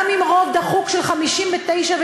גם עם רוב דחוק של 61 מול 59,